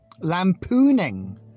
Lampooning